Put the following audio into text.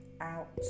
out